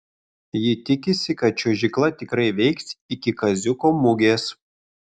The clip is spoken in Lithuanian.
ji tikisi kad čiuožykla tikrai veiks iki kaziuko mugės